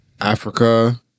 africa